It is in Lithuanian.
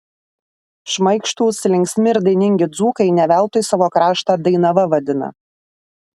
šmaikštūs linksmi ir dainingi dzūkai ne veltui savo kraštą dainava vadina